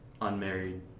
unmarried